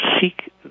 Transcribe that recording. seek